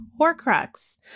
Horcrux